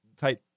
type